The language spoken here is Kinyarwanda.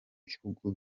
bihugu